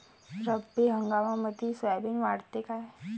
रब्बी हंगामामंदी सोयाबीन वाढते काय?